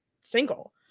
single